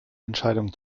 entscheidungen